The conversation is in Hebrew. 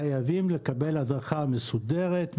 חייבים לקבל הדרכה מסודרת,